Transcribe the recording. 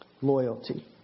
Loyalty